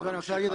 רוצה להתקדם